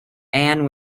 anne